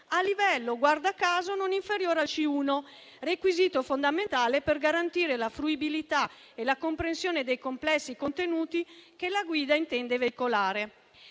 un livello, guarda caso, non inferiore al C1, requisito fondamentale per garantire la fruibilità e la comprensione dei complessi contenuti che la guida intende veicolare,